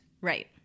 Right